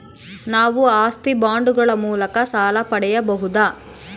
ನಾವು ಆಸ್ತಿ ಬಾಂಡುಗಳ ಮೂಲಕ ಸಾಲ ಪಡೆಯಬಹುದಾ?